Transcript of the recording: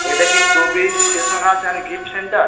এটা কি Prabir stationers and gift centre